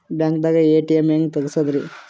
ಬ್ಯಾಂಕ್ದಾಗ ಎ.ಟಿ.ಎಂ ಹೆಂಗ್ ತಗಸದ್ರಿ?